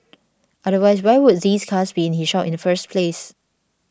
otherwise why would these cars be in his shop in the first place